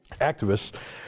activists